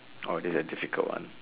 orh this is a difficult one